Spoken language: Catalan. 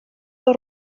del